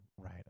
Right